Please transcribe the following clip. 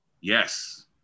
Yes